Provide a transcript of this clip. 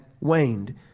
waned